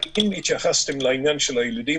האם התייחסתם לעניין של הילדים,